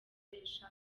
bakoresha